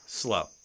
slow